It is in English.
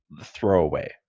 throwaway